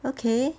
okay